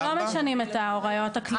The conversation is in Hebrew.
לא, אנחנו לא משנים את ההוריות הכלליות.